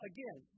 Again